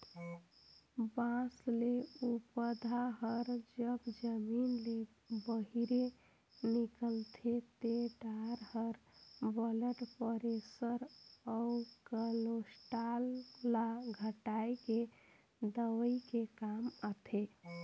बांस ले पउधा हर जब जमीन ले बहिरे निकलथे ते डार हर ब्लड परेसर अउ केलोस्टाल ल घटाए के दवई के काम आथे